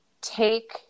take